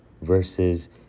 versus